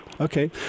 Okay